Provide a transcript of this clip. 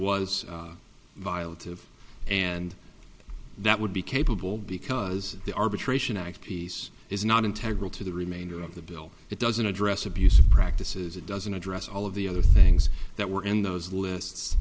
was violated and that would be capable because the arbitration act is not integrity to the remainder of the bill it doesn't address abusive practices it doesn't address all of the other things that were in those